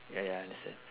ya ya understand